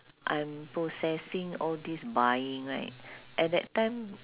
I'm processing all these buying right at that time